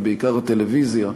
ובעיקר הטלוויזיה,